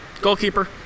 goalkeeper